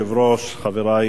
חברי הכנסת,